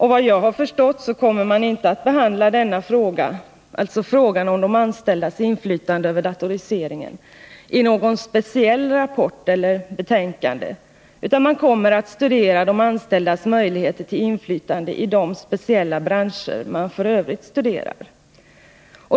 Såvitt jag har förstått kommer man inte att behandla denna fråga — alltså frågan om de anställdas inflytande över datoriseringen — i någon speciell rapport eller i något betänkande, utan man kommer att studera de anställdas möjligheter till inflytande i de speciella branscher man f. ö. studerar.